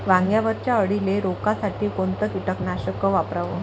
वांग्यावरच्या अळीले रोकासाठी कोनतं कीटकनाशक वापराव?